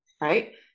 right